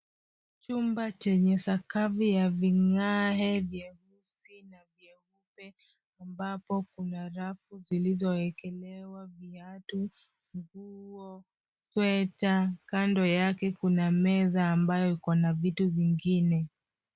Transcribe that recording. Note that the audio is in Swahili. Chumba chenye sakafu ya vigae vyeusi na vyeupe ambapo kuna rafu zilizowekelewa viatu, nguo, sweta. Kando yake kuna meza ambayo iko na vitu zingine.